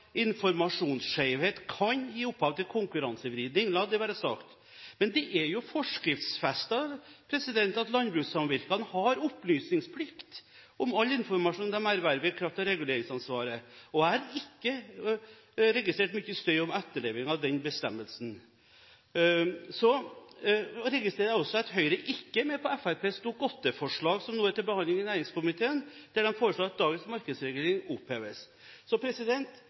kan gi opphav til konkurransevridning – la det være sagt. Men det er jo forskriftsfestet at landbrukssamvirkene har opplysningsplikt om all informasjon de erverver seg i kraft av reguleringsansvaret, og jeg har ikke registrert mye støy om etterleving av den bestemmelsen. Så registrerer jeg også at Høyre ikke er med på Fremskrittspartiets Dokument 8-forslag, som nå er til behandling i næringskomiteen, der de foreslår at dagens markedsregulering oppheves. Så